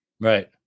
Right